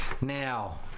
Now